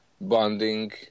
bonding